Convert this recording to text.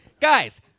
guys